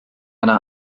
yna